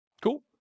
Cool